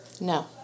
No